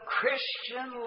Christian